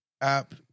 app